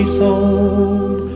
sold